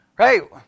Right